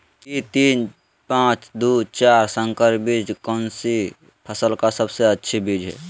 P तीन पांच दू चार संकर बीज कौन सी फसल का सबसे अच्छी बीज है?